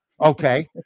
Okay